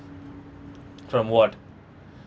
from what